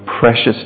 precious